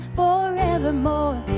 forevermore